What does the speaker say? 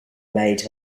made